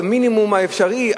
במינימום האפשרי,